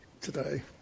today